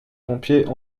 pompiers